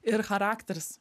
ir charakteris